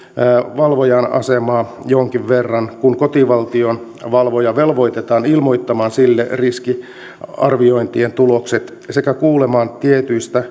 valvojan asemaa jonkin verran kun kotivaltion valvoja velvoitetaan ilmoittamaan sille riskiarviointien tulokset sekä kuulemaan tietyistä